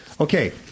Okay